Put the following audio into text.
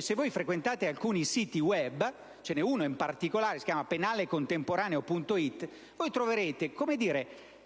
se voi frequentate alcuni siti *web* (ce n'è uno in particolare che si chiama «www.penalecontemporaneo.it», troverete